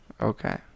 okay